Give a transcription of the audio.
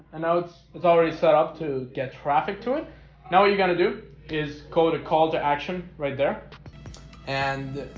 know it's it's already setup to get traffic to it now what you're gonna do is call it a call to action right there and